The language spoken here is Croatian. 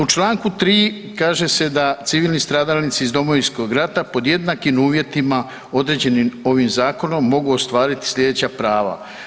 U članku 3. Kaže se da civilni stradalnici iz Domovinskog rata pod jednakim uvjetima određenim ovim zakonom mogu ostvariti sljedeća prava.